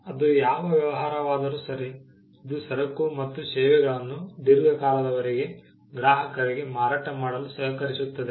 ಅದು ಯಾವ ವ್ಯವಹಾರವಾದರೂ ಸರಿ ಇದು ಸರಕು ಮತ್ತು ಸೇವೆಗಳನ್ನು ದೀರ್ಘಕಾಲದವರೆಗೆ ಗ್ರಾಹಕರಿಗೆ ಮಾರಾಟ ಮಾಡಲು ಸಹಕರಿಸುತ್ತದೆ